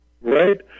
Right